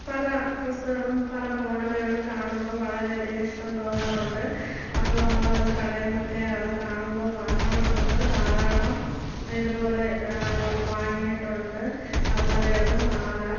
പല ഡ്രസ്സുകളും പല മോഡലുകളും കാണുമ്പോൾ വളരെയധികം ഇഷ്ടം തോന്നാറുണ്ട് അപ്പോൾ നമ്മളത് കടയിൽ നിന്നൊക്കെ അത് കാണുമ്പോൾ വാങ്ങാറുമുണ്ട് ധാരാളം ഇതുപോലെ വാങ്ങിയിട്ടുണ്ട് കമ്മലുകൾ മാല